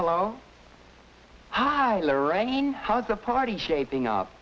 hello it hi lorraine how's a party shaping up